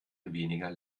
weniger